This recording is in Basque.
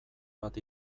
bat